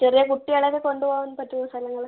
ചെറിയ കുട്ടികളെയൊക്കെ കൊണ്ടുപോകുവാൻ പറ്റുന്ന സ്ഥലങ്ങൾ